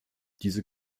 diese